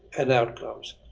and outcomes.